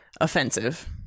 offensive